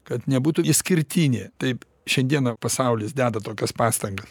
kad nebūtų išskirtinė taip šiandieną pasaulis deda tokias pastangas